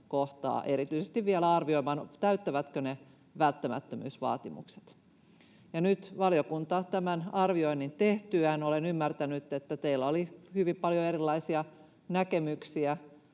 erityisesti vielä arvioimaan, täyttävätkö ne välttämättömyysvaatimukset. Nyt valiokunta tämän arvioinnin on tehnyt, ja olen ymmärtänyt, että teillä oli hyvin paljon erilaisia näkemyksiä,